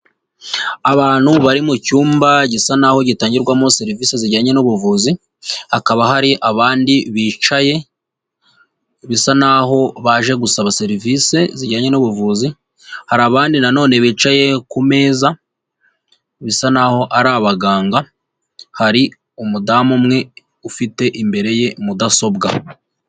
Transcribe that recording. Abantu bari mu cyumba gisa n'aho gitangirwamo serivise zijyanye n'ubuvuzi, hakaba hari abandi bicaye bisa n'aho baje gusaba serivise zijyanye n'ubuvuzi, hari abandi nanone bicaye ku meza bisa n'aho ari abaganga, hari umudamu umwe ufite imbere ye mudasobwa.